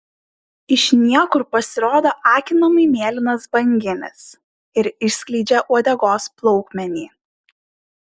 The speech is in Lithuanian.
iš niekur pasirodo akinamai mėlynas banginis ir išskleidžia uodegos plaukmenį